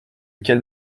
quelle